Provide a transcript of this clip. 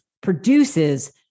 produces